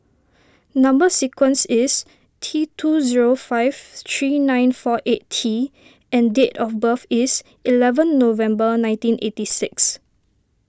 Number Sequence is T two zero five three nine four eight T and date of birth is eleven November nineteen eighty six